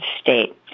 state